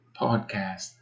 podcast